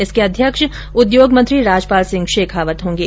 इसके अध्यक्ष उद्योग मंत्री राजपाल सिंह शेखावत होंगे